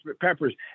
peppers